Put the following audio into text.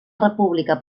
república